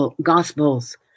Gospels